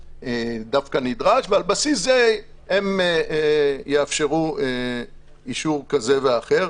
נדרש ועל בסיס זה הם יאשרו דבר כזה ואחר.